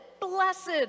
blessed